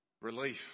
relief